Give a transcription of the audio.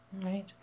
Right